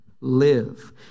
live